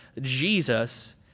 Jesus